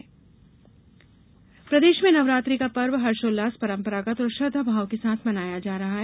नवरात्रि प्रदेश में नवरात्रि का पर्व हर्षोल्लास परंपरागत और श्रद्धा भाव के साथ मनाया जा रहा है